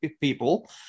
people